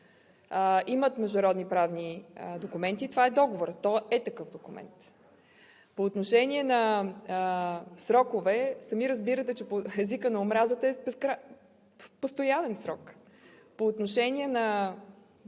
Има международноправни документи и това е Договорът. Той е такъв документ. По отношение на сроковете, сами разбирате, че за езика на омразата срокът е постоянен. По отношение на